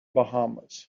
bahamas